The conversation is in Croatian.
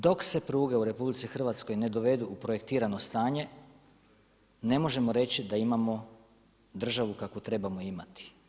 Dok se pruge u RH ne dovedu u projektirano stanje ne možemo reći da imamo državu kakvu trebamo imati.